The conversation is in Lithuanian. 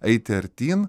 eiti artyn